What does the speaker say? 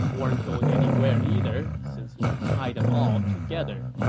weren't going anywhere either, since he had tied them all together.